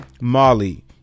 Molly